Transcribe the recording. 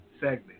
segment